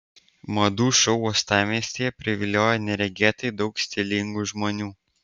madų šou uostamiestyje priviliojo neregėtai daug stilingų žmonių